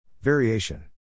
Variation